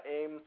aim